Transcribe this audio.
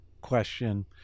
question